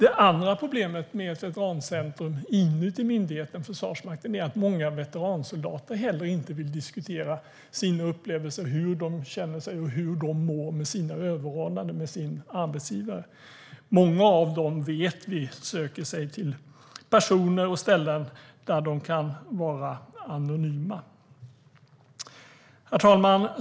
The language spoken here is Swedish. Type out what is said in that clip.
Ett annat problem med ett veterancentrum inom ramen för myndigheten Försvarsmakten är att många veteransoldater inte med sina överordnade och sin arbetsgivare vill diskutera sina upplevelser, hur de känner sig och hur de mår. Vi vet att många av dem söker sig till personer och ställen där de kan vara anonyma. Herr talman!